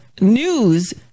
news